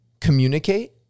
communicate